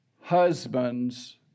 husband's